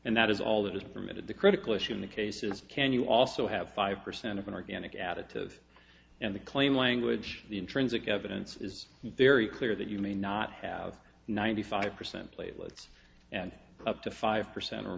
and that is all that is permitted the critical issue in the case is can you also have five percent of an organic additive and the clean language the intrinsic evidence is very clear that you may not have ninety five percent platelets and up to five percent or